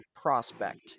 prospect